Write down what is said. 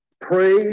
pray